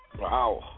Wow